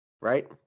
right